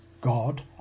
God